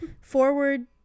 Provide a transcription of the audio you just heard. forward-